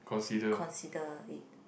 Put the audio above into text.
consider